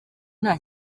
nta